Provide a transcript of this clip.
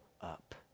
up